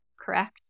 Correct